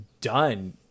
done